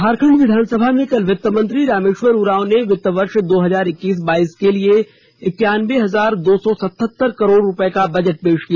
झारखण्ड विधानसभा में कल वित्तमंत्री रामेश्वर उरांव ने वित्त वर्ष दो हजार इक्कीस बाईस के लिए इक्यानबे हजार दो सौ सत्तहतर करोड़ रुपये का बजट पेश किया